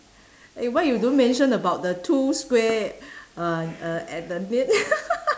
eh why you don't mention about the two square uh at the mid~